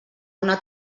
una